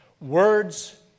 Words